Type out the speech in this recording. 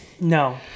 No